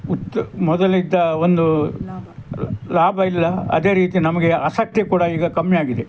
ಉತ್ ಮೊದಲಿದ್ದ ಒಂದು ಲಾಭ ಇಲ್ಲ ಅದೇ ರೀತಿ ನಮಗೆ ಆಸಕ್ತಿ ಕೂಡ ಈಗ ಕಮ್ಮಿಯಾಗಿದೆ